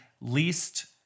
least